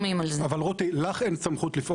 עכשיו דיברתם על איך הבינה המלאכותית יכולה